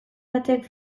batek